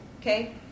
Okay